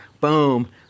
Boom